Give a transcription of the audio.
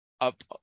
up